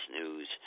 News